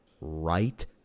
right